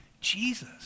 Jesus